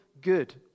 good